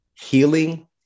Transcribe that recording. healing